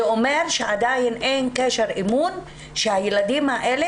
זה אומר שעדיין אין קשר אמון שהילדים האלה